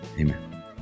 Amen